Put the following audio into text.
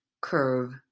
curve